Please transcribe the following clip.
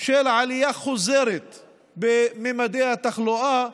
של עלייה חוזרת במדדי התחלואה,